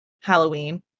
Halloween